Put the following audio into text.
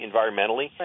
environmentally